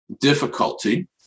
difficulty